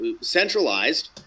centralized